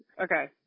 Okay